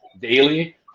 daily